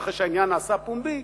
ואחרי שהעניין נעשה פומבי,